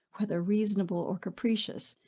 whether reasonable or capricious,